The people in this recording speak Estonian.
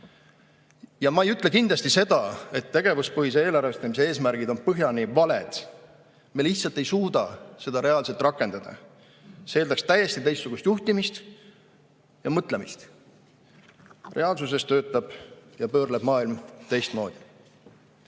Ma ei ütle seda, et tegevuspõhise eelarvestamise eesmärgid on põhjani valed. Me lihtsalt ei suuda seda reaalselt rakendada. See eeldaks täiesti teistsugust juhtimist ja mõtlemist. Reaalsuses töötab ja pöörleb maailm teistmoodi.